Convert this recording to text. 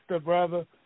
Brother